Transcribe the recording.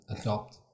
adopt